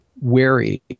wary